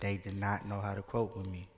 they did not know how to cope with me